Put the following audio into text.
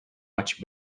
much